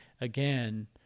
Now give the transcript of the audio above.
again